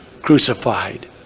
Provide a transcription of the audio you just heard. crucified